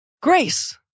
Grace